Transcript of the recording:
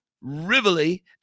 Rivoli